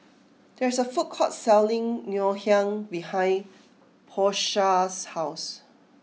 there is a food court selling Ngoh Hiang behind Porsha's house